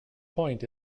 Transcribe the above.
point